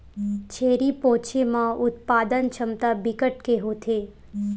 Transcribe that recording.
छेरी पोछे म उत्पादन छमता बिकट के होथे